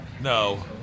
No